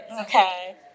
Okay